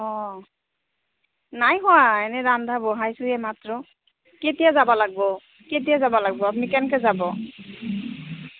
অঁ নাই খোৱা এনেই ৰান্ধা বঢ়াইছোহে মাত্ৰ কেতিয়া যাব লাগিব কেতিয়া যাব লাগিব আপুনি কেনেকৈ যাব